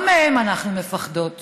לא מהן אנחנו מפחדות,